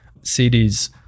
cities